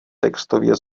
textově